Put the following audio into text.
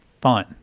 fun